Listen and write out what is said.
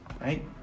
Right